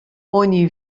oni